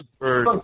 bird